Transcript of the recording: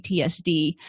PTSD